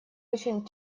очень